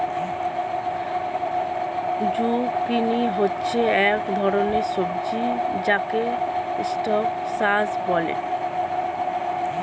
zucchini হচ্ছে এক ধরনের সবজি যাকে স্কোয়াশ বলে